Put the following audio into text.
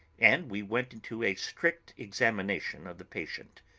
and we went into a strict examination of the patient.